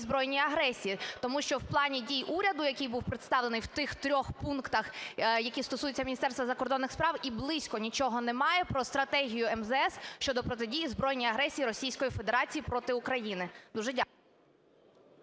збройній агресії, тому що в Плані дій уряду, який був представлений в тих трьох пунктах, які стосуються Міністерства закордонних справ, і близько нічого немає про стратегію МЗС щодо протидії збройній агресії Російської Федерації проти України. Дуже дякую.